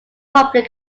public